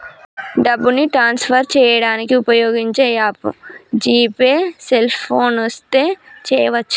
డబ్బుని ట్రాన్స్ఫర్ చేయడానికి ఉపయోగించే యాప్ జీ పే సెల్ఫోన్తో చేయవచ్చు